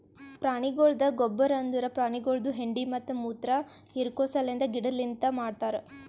ಪ್ರಾಣಿಗೊಳ್ದ ಗೊಬ್ಬರ್ ಅಂದುರ್ ಪ್ರಾಣಿಗೊಳ್ದು ಹೆಂಡಿ ಮತ್ತ ಮುತ್ರ ಹಿರಿಕೋ ಸಲೆಂದ್ ಗಿಡದಲಿಂತ್ ಮಾಡ್ತಾರ್